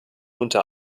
unter